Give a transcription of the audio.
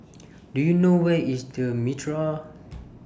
Do YOU know Where IS The Mitraa